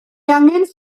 angen